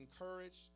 encouraged